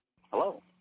Hello